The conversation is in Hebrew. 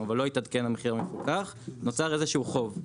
אבל לא התעדכן המחיר המפוקח נוצר איזה שהוא חוב,